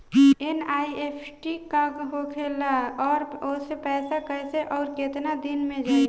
NEFT का होखेला और ओसे पैसा कैसे आउर केतना दिन मे जायी?